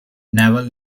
naval